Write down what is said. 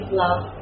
love